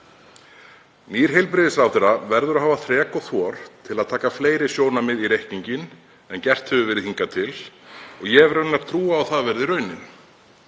Nýr heilbrigðisráðherra verður að hafa þrek og þor til að taka fleiri sjónarmið með í reikninginn en gert hefur verið hingað til og ég hef trú á að það verði raunin.